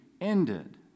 ended